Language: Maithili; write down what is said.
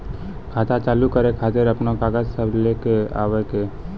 खाता चालू करै खातिर आपन कागज सब लै कऽ आबयोक?